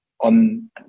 on